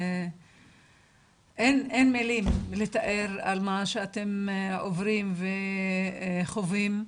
אין מילים לתאר על מה שאתם עוברים וחווים,